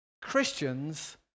Christians